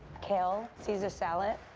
kale caesar salad,